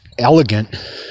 elegant